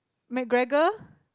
McGregor